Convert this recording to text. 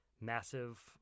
massive